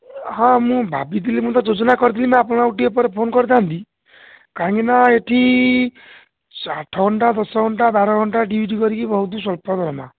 ହଁ ମୁଁ ଭାବିଥିଲି ମୁଁ ତ ଯୋଜନା କରିଥିଲି ମୁଁ ଆପଣଙ୍କୁ ଆଉ ଟିକିଏ ପରେ ଫୋନ୍ କରିଥାନ୍ତି କାହିଁକିନା ଏଇଠି ଆଠ ଘଣ୍ଟା ଦଶ ଘଣ୍ଟା ବାର ଘଣ୍ଟା ଡ଼୍ୟୁଟି କରିକି ବହୁତ ସ୍ୱଳ୍ପ ଦରମା